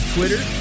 Twitter